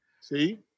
See